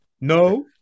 no